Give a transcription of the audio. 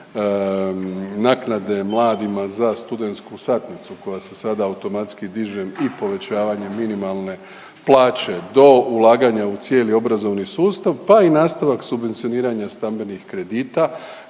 naknade mladima za studentsku satnicu koja se sad automatski diže i povećavanjem minimalne plaće do ulaganja u cijeli obrazovni sustav, pa i nastavak subvencioniranja stambenih kredita